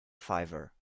fiver